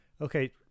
Okay